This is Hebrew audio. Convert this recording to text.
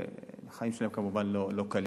והחיים שלהן כמובן לא קלים.